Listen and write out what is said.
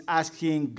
asking